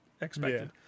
expected